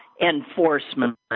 enforcement